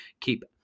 Keep